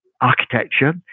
architecture